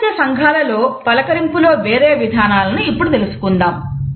పాశ్చాత్య సంఘాలలో పలకరింపులో వేరే విధానాలను ఇప్పుడు తెలుసుకుందాము